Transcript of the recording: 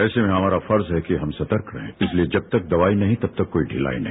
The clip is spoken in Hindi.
ऐसे में हमारा फर्ज है कि हम सतर्क रहे इसलिए जब तक कोई दवाई नहीं तब तक ढि़लाई नहीं